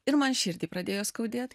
ir man širdį pradėjo skaudėt